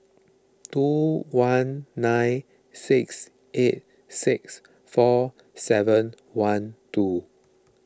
two one nine six eight six four seven one two